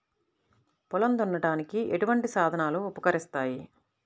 పొలం దున్నడానికి ఎటువంటి సాధనాలు ఉపకరిస్తాయి?